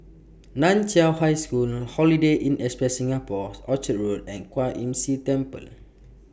NAN Chiau High School Holiday Inn Express Singapore Orchard Road and Kwan Imm See Temple